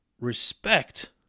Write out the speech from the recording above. respect